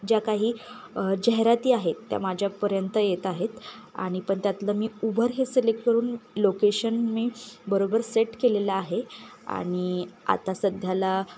ज्या काही जाहिराती आहेत त्या माझ्यापर्यंत येत आहेत आणि पण त्यातलं मी उबर हे सिलेक्ट करून लोकेशन मी बरोबर सेट केलेलं आहे आणि आता सध्याला